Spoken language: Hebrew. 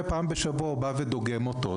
ופעם בשבוע הוא בא ודוגם אותו.